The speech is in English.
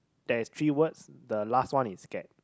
that is three words the last one is scare